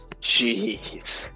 Jeez